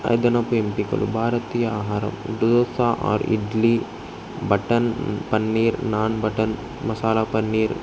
అదనపు ఎంపికలు భారతీయ ఆహారం dosa or idli butter paneer naan butter masala paneer